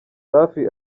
safi